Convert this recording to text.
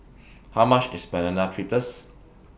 How much IS Banana Fritters